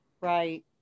Right